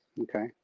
Okay